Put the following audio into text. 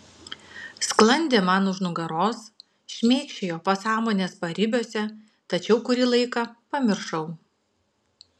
sklandė man už nugaros šmėkščiojo pasąmonės paribiuose tačiau kurį laiką pamiršau